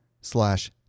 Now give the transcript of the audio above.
slash